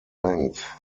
length